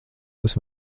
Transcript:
tas